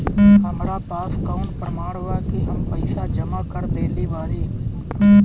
हमरा पास कौन प्रमाण बा कि हम पईसा जमा कर देली बारी?